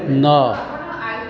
ନଅ